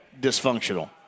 dysfunctional